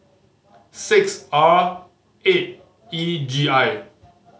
six R eight E G I